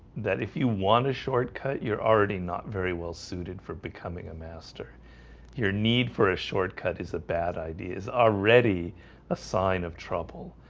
that if you want a shortcut you're already not very well-suited for becoming a master your need for a shortcut is a bad ideas already a sign of trouble